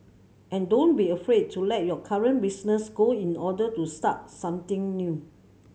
and don't be afraid to let your current business go in order to start something new